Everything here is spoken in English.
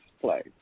play